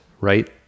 right